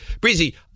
Breezy